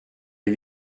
les